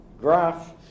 graph